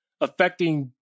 affecting